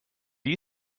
you